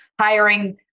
hiring